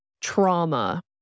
trauma